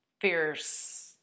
fierce